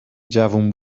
جوون